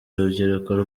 rubyiruko